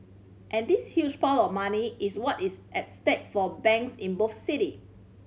and this huge pile of money is what is at stake for banks in both city